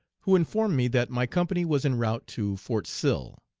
who informed me that my company was en route to fort sill.